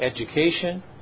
education